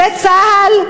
זה צה"ל?